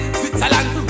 Switzerland